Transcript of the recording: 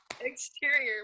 Exterior